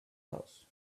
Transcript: house